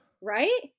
Right